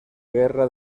guerra